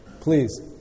Please